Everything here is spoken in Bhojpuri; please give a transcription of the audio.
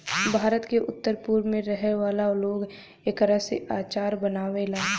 भारत के उत्तर पूरब में रहे वाला लोग एकरा से अचार बनावेला